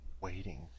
waiting